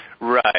Right